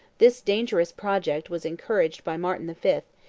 this dangerous project was encouraged by martin the fifth,